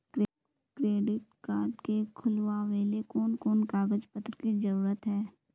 Credit card के खुलावेले कोन कोन कागज पत्र की जरूरत है?